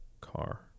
car